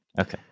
okay